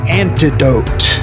antidote